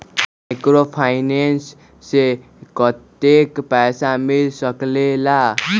Microfinance से कतेक पैसा मिल सकले ला?